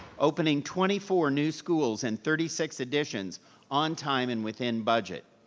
opening twenty four new schools and thirty six additions on time and within budget.